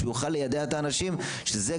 שהוא יוכל ליידע את האנשים שזה,